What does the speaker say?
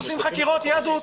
עושים חקירות יהדות.